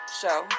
show